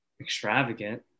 extravagant